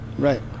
Right